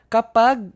Kapag